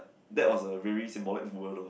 that was a very symbolic word